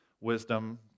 wisdom